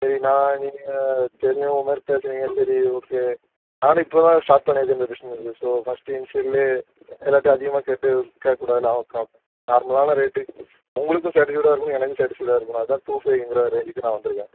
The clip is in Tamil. சரி நான் நீங்கள் தெரிஞ்சவங்க மாதிரி பேசுனீங்க சரி ஓகே நானும் இப்போ தான் ஸ்டாட் பண்ணியிருக்கேன் இந்த பிஸ்னஸு ஸோ ஃபஸ்ட்டு இன்ஷியல் எல்லார்கிட்டையும் அதிகமாக கேட்டு கேட்கக்கூடாதுல அதுக்காக நார்மலான ரேட்டு உங்களுக்கும் சாடிஸ்ஃபைடாக இருக்கணும் எனக்கும் சாடிஸ்ஃபைடாக இருக்கணும் அதுதான் டூ ஃபைங்கிற ஒரு ரேஞ்சுக்கு நான் வந்துருக்கேன்